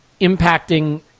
impacting